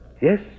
Yes